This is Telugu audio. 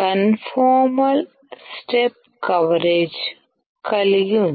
కన్ఫార్మల్ స్టెప్ కవరేజీని కలిగి ఉంది